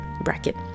bracket